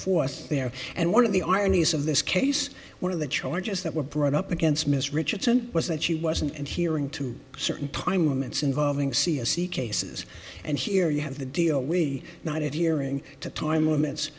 forth there and one of the ironies of this case one of the charges that were brought up against miss richardson was that she wasn't and hearing to certain time limits involving c a c cases and here you have the deal we not adhering to time limits